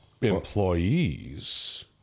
employees